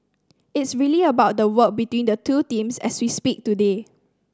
it's really about the work between the two teams as we speak today